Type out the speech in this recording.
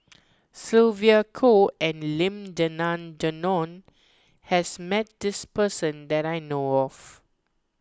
Sylvia Kho and Lim Denan Denon has met this person that I know of